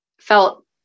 felt